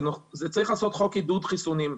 צריך לעשות חוק עידוד חיסונים.